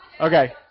Okay